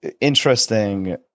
interesting